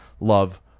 love